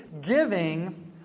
giving